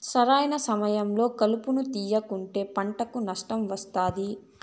సరైన సమయంలో కలుపును తేయకుంటే పంటకు నష్టం వస్తాది